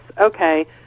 Okay